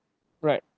right